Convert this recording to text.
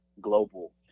global